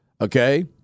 okay